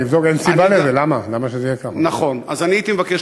אני אבדוק.